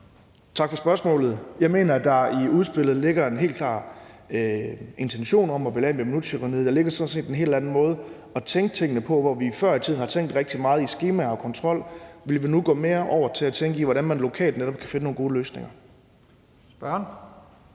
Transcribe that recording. Tak for spørgsmålet. Jeg mener, at der i udspillet ligger en helt klar intention om at ville af med minuttyranniet. Der ligger sådan set en helt anden måde at tænke tingene på. Hvor vi før i tiden har tænkt rigtig meget i skemaer og kontrol, vil vi nu gå mere over til at tænke i, hvordan man lokalt netop kan finde nogle gode løsninger. Kl.